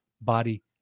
body